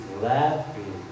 laughing